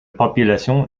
population